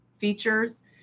features